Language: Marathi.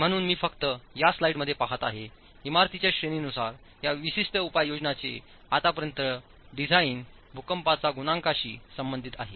म्हणून मी फक्त या स्लाइडमध्ये पाहत आहे इमारतीच्या श्रेणीनुसार या विशिष्ट उपयोजनाचे आतापर्यंत डिझाईन भूकंपाचा गुणांकशी संबंधित आहे